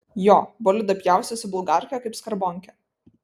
jo bolidą pjaustė su bulgarke kaip skarbonkę